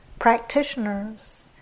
practitioners